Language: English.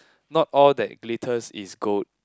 not all that glitters is gold